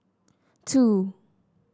two